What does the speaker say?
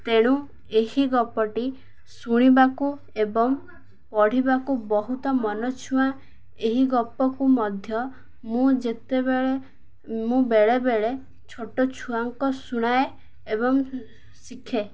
ତେଣୁ ଏହି ଗପଟି ଶୁଣିବାକୁ ଏବଂ ପଢ଼ିବାକୁ ବହୁତ ମନ ଛୁଆଁ ଏହି ଗପକୁ ମଧ୍ୟ ମୁଁ ଯେତେବେଳେ ମୁଁ ବେଳେବେଳେ ଛୋଟ ଛୁଆଙ୍କୁ ଶୁଣାଏ ଏବଂ ଶିଖେ